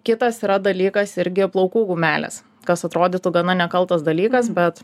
kitas yra dalykas irgi plaukų gumelės kas atrodytų gana nekaltas dalykas bet